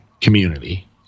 community